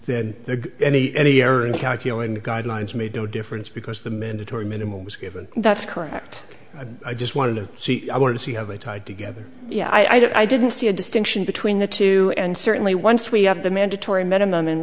is that any any error in calculating the guidelines made no difference because the mandatory minimum was given that's correct i just wanted to see i wanted to see how they tied together yeah i didn't see a distinction between the two and certainly once we have the mandatory minimum in